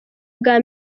ubwa